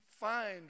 find